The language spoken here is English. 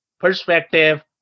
perspective